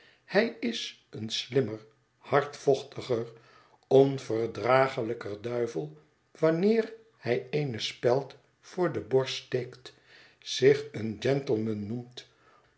hij is een slimmer hardvochtiger onverdraaglijker duivel wanneer hij eene speld voor de borst steekt zich een gentleman noemt